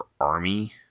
army